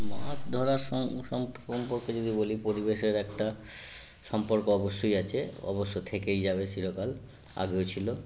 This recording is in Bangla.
মাছ ধরার সম্পর্কে যদি বলি পরিবেশের একটা সম্পর্ক অবশ্যই আছে অবশ্য থেকেই যাবে চিরকাল আগেও ছিল